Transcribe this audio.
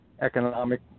economic